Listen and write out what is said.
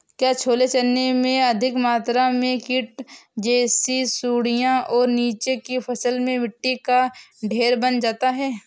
क्या छोले चने में अधिक मात्रा में कीट जैसी सुड़ियां और नीचे की फसल में मिट्टी का ढेर बन जाता है?